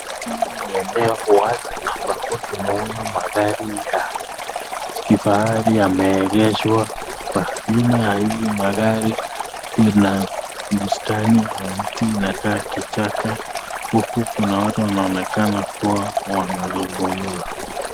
Hili ni eneo wazi ambapo tunaona magari ya kifahari yameegeshwa hapa. Nyuma ya hizi magari kuna bustani na mti inakaa kichaka huku kuna watu wanaonekana kuwa wanazungumza.